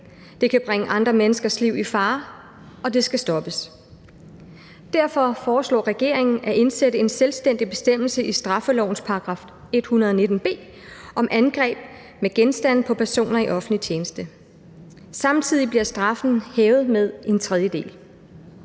det kan bringe andre menneskers liv i fare, og det skal stoppes. Derfor foreslår regeringen at indsætte en selvstændig bestemmelse i straffeloven, § 119 b, om angreb med genstande på personer i offentlig tjeneste. Samtidig foreslås straffen hævet med en tredjedel.